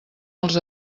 els